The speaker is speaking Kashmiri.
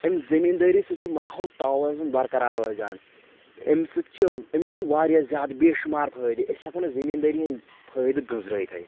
امہِ زمیٖندٲری سۭتۍ چھُ ماحولُک تَوازُن برقرار روزان امہِ سۭتۍ چھِ امِکۍ چھِ واریاہ زیادٕ بےٚشُمار فٲیدٕ أسۍ ہؠکو نہٕ زمیٖندٲری ہِنٛدۍ پھٲیدٕ گٔنٛزرٲوِتھٕے